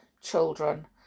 children